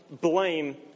blame